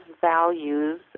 values